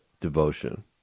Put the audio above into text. devotion